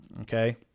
okay